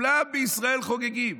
בישראל חוגגים.